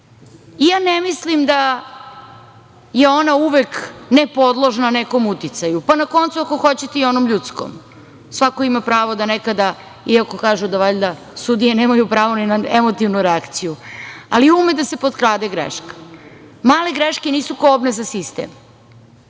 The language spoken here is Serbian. Ja ne mislim da je ona uvek ne podložna nekom uticaju, pa na koncu i ako hoćete onom ljudskom. Svako ima pravo da nekada iako kažu da valjda sudije nemaju pravo ni na emotivnu reakciju, ali ume da se potkrade greška. Male greške nisu kobne za sistem,